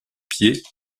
pieds